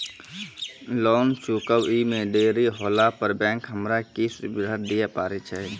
Loan चुकब इ मे देरी होला पर बैंक हमरा की सुविधा दिये पारे छै?